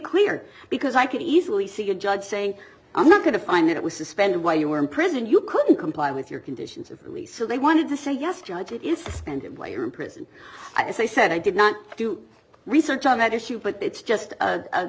clear because i could easily see a judge saying i'm not going to find that it was suspended while you were in prison you couldn't comply with your conditions of release so they wanted to say yes judge it is suspended while you're in prison i said i did not do research on that issue but it's just